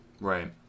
Right